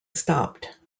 stopped